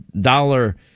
dollar